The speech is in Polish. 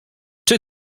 czy